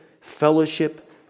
fellowship